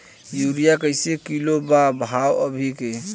Urea कइसे kilo बा भाव अभी के?